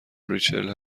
ریچل